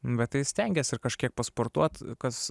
bet tai stengiesi ir kažkiek pasportuoti kas